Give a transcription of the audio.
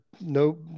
no